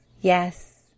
yes